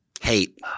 Hate